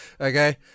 okay